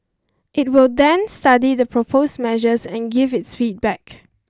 it will then study the proposed measures and give its feedback